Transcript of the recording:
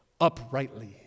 uprightly